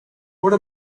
what